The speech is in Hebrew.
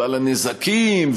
ועל הנזקים,